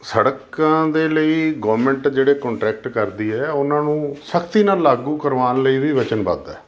ਸੜਕਾਂ ਦੇ ਲਈ ਗੋਰਮਿੰਟ ਜਿਹੜੇ ਕੰਟਰੈਕਟ ਕਰਦੀ ਹੈ ਉਹਨਾਂ ਨੂੰ ਸਖਤੀ ਨਾਲ ਲਾਗੂ ਕਰਵਾਉਣ ਲਈ ਵੀ ਵਚਨਬੱਧ ਹੈ